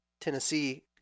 Tennessee